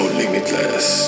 limitless